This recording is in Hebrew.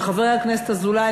וחבר הכנסת אזולאי,